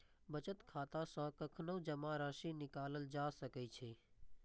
बचत खाता सं कखनहुं जमा राशि निकालल जा सकै छै